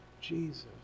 Jesus